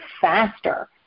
faster